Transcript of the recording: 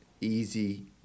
easy